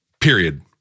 Period